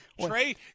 Trey